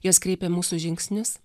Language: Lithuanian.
jos kreipia mūsų žingsnius